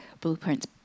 blueprints